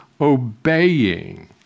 obeying